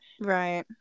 right